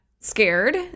scared